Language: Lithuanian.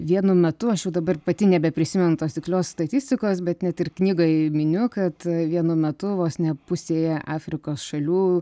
vienu metu aš jau dabar pati nebeprisimenu tos tikslios statistikos bet net ir knygoj miniu kad vienu metu vos ne pusėje afrikos šalių